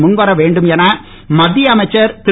முன்வர வேண்டும் என மத்திய அமைச்சர் திரு